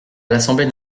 l’assemblée